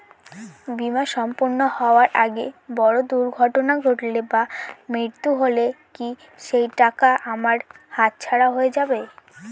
বীমা সম্পূর্ণ হওয়ার আগে বড় দুর্ঘটনা ঘটলে বা মৃত্যু হলে কি সেইটাকা আমার হাতছাড়া হয়ে যাবে?